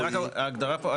ההגדרה פה,